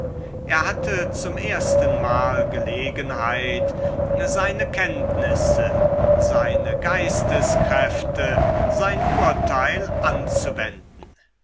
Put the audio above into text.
er hatte zum erstenmal gelegenheit seine kenntnisse seine geisteskräfte sein urteil anzuwenden